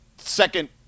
second